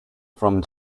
from